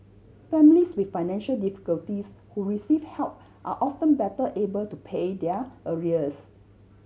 families with financial difficulties who receive help are often better able to pay their arrears